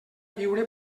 viure